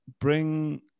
bring